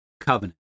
Covenant